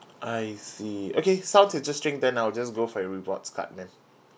I see okay sounds interesting then I'll just go for your rewards card then